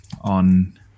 on